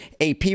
AP